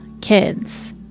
kids